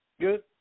Good